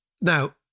now